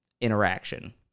interaction